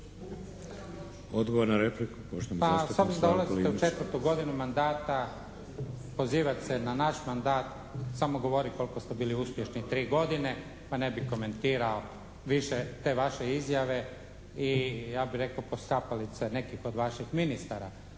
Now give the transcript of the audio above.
Slavko (SDP)** Pa s obzirom da ulazite u četvrtu godinu mandata pozivat se na naš mandat samo govori koliko ste bili uspješni tri godine pa ne bih komentirao više te vaše izjave i ja bih rekao podštapalice nekih od vaših ministara.